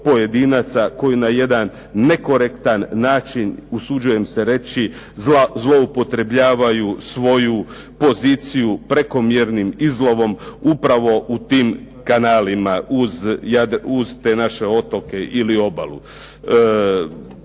koji na jedan nekorektan način usuđujem se reći zloupotrebljavaju svoju poziciju prekomjernim izlovom upravo u tim kanalima uz naše otoke i obalu.